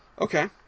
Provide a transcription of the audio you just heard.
Okay